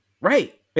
Right